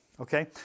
Okay